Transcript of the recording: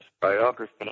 biography